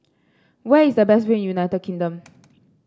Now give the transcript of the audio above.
where is the best view in United Kingdom